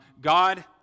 God